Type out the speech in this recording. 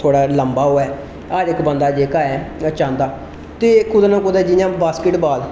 थोह्ड़ा लम्बा होऐ हर इख बंदा जेहका ऐ इ'यै चाहंदा ते कुतै ना कुतै जि'यां बास्केट बाल